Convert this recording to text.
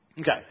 Okay